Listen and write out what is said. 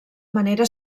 manera